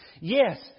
Yes